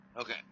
Okay